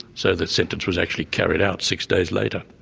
so the sentence was actually carried out six days later.